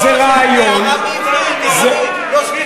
זה רעיון, עברית מרהיבה.